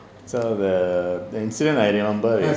so the the incident I remember is